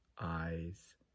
eyes